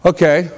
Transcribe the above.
Okay